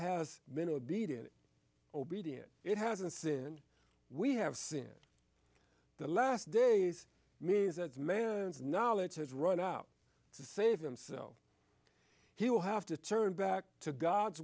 has been obedient obedient it hasn't sin we have sinned the last days means that man's knowledge has run out to save them so he will have to turn back to god's